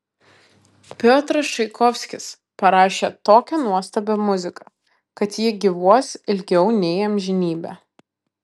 piotras čaikovskis parašė tokią nuostabią muziką kad ji gyvuos ilgiau nei amžinybę